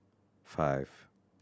five